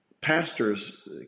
pastors